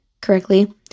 correctly